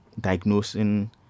diagnosing